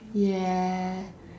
ya